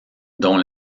dont